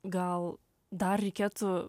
gal dar reikėtų